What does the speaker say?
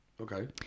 Okay